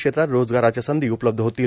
क्षेत्रात रोजगाराच्या संधी उपलब्ध होतील